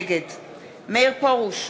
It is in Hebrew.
נגד מאיר פרוש,